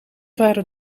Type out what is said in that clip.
waren